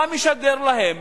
אתה משדר להם: